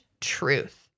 truth